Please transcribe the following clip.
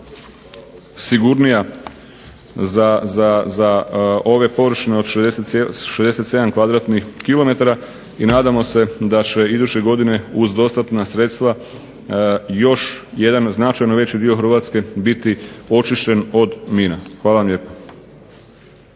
sigurnija za ove površine od 67 kvadratnih kilometara i nadamo se da će iduće godine uz dostatna sredstva još jedan značajno veći dio Hrvatske biti očišćen od mina. Hvala vam lijepo.